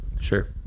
Sure